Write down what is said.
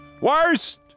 Worst